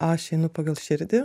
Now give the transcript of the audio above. aš einu pagal širdį